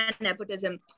nepotism